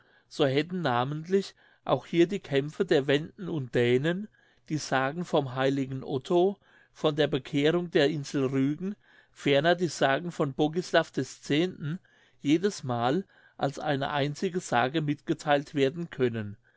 so hätten namentlich auch hier die kämpfe der wenden und dänen die sagen vom h otto von der bekehrung der insel rügen ferner die sagen von bogislav x jedesmal als eine einzige sage mitgetheilt werden können